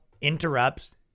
interrupts